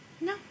No